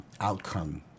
outcome